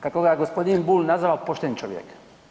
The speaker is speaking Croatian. Kako ga gospodin Bulj nazvao pošten čovjek.